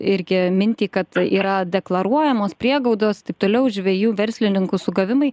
irgi mintį kad yra deklaruojamos priegaudos taip toliau žvejų verslininkų sugavimai